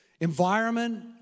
Environment